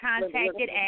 contacted